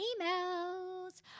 Emails